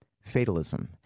fatalism